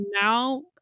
now